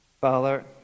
Father